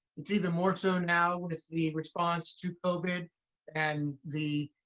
it's even more so now with the response to covid and the